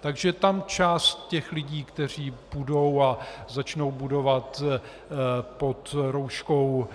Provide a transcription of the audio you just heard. Takže tam část těch lidí, kteří půjdou a začnou budovat pod rouškou